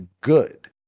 good